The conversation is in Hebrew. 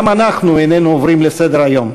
גם אנחנו איננו עוברים לסדר-היום,